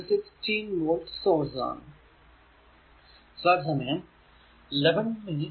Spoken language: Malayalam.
ഇത് 16 വോൾട് സോഴ്സ് ആണ്